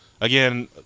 Again